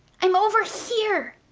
i'm over here!